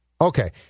okay